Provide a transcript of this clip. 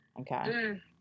okay